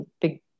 big